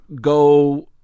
go